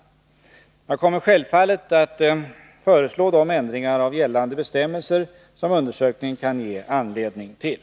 Jag kommer självfallet att föreslå de ändringar av gällande bestämmelser som undersökningen kan ge anledning till.